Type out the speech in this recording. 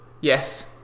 Yes